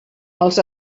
els